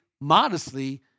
modestly